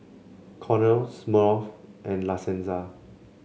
Cornell Smirnoff and La Senza